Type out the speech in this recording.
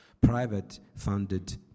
private-funded